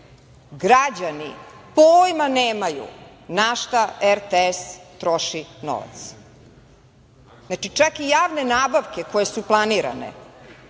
građani pojma nemaju na šta RTS troši novac, čak i javne nabavke koje su planirane